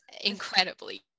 incredibly